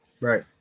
Right